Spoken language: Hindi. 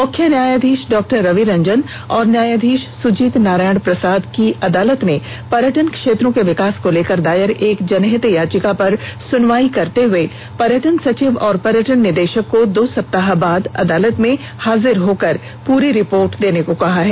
मुख्य न्यायाधीश डॉक्टर रवि रंजन और न्यायाधीश सुजीत नारायण प्रसाद की अदालत ने पर्यटन क्षेत्रों के विंकास को लेकर दायर एक जनहित याचिका पर सुनवाई करते हुए पर्यटन सचिव और पर्यटन निदेशक को दो सप्ताह बाद अदालत में हाजिर होकर पूरी रिपोर्ट देने को कहा है